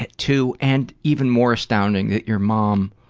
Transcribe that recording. two and even more astounding that your mom